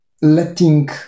letting